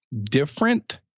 different